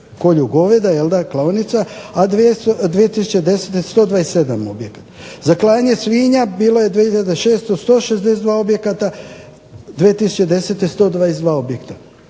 kolju goveda, klaonica, a 2010. godine 127 objekata. Za klanje svinja bilo je 2006. 162 objekta, 2010. godine 122 objekta.